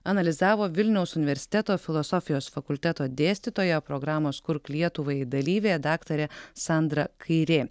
analizavo vilniaus universiteto filosofijos fakulteto dėstytoja programos kurk lietuvai dalyvė daktarė sandra kairė